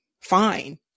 fine